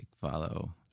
follow